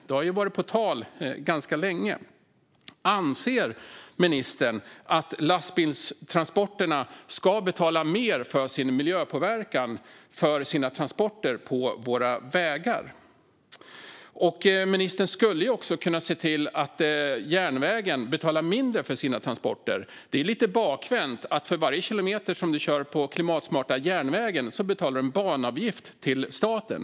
Det har varit på tal länge. Anser ministern att lastbilstransporterna på våra vägar ska betala mer för sin miljöpåverkan? Ministern skulle också kunna se till att järnvägen betalar mindre för sina transporter. Det är lite bakvänt att för varje kilometer som du kör på klimatsmarta järnvägen betalar du en banavgift till staten.